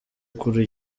kuri